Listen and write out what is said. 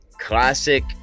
classic